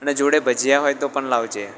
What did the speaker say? અને જોડે ભજીયા હોય તો પણ લાવજે